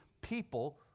people